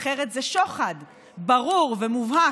אחרת זה שוחד ברור ומובהק.